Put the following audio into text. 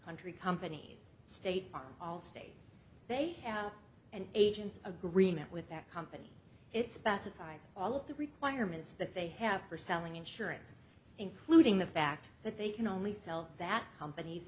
country companies state are all state they have and agents agreement with that company it specifies all of the requirements that they have for selling insurance including the fact that they can only sell that compan